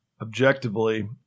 objectively